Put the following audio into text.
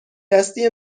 دستی